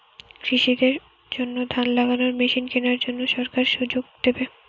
কৃষি দের জন্য ধান লাগানোর মেশিন কেনার জন্য সরকার কোন সুযোগ দেবে?